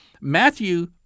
Matthew